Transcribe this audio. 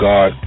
God